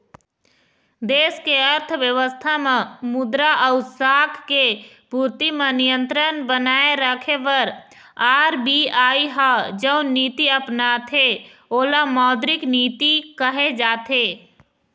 देस के अर्थबेवस्था म मुद्रा अउ साख के पूरति म नियंत्रन बनाए रखे बर आर.बी.आई ह जउन नीति अपनाथे ओला मौद्रिक नीति कहे जाथे